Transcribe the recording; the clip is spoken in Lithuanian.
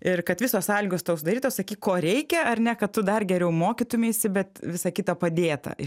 ir kad visos sąlygos tau sudarytos sakyk ko reikia ar ne kad tu dar geriau mokytumeisi bet visa kita padėta į